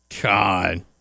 God